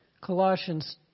Colossians